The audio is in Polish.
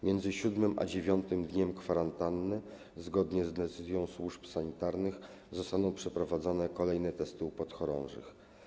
Miedzy 7. a 9. dniem kwarantanny, zgodnie z decyzją służb sanitarnych, zostaną przeprowadzone kolejne testy u podchorążych.